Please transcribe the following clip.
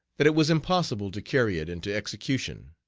that it was impossible to carry it into execution.